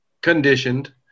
conditioned